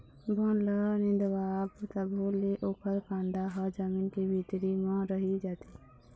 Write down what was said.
बन ल निंदवाबे तभो ले ओखर कांदा ह जमीन के भीतरी म रहि जाथे